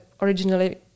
originally